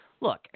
look